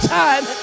time